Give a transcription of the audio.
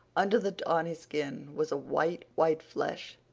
under the tawny skin was a white, white flesh,